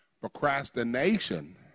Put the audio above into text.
procrastination